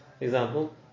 Example